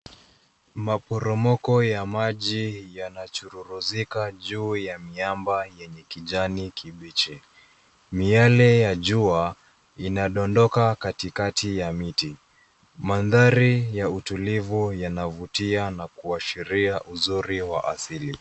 Maporomoko ya maji yanachororezeka juu ya miamba yenye kijani kibichi. Miale ya jua inadondoka katikati ya miti. Mandhari ya utulivu yanavutia na kuashiria uzuri wa asili.